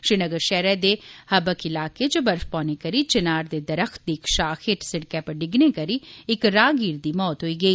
श्रीनगर शैह्रा दे हबक इलाके च बर्फ पौने करी चिनार दे दरख्त दी इक शाख हेठ सिड़कै पर डिग्गने करी इक राहगीर दी मौत होई गेई